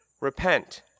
repent